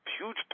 huge